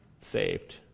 saved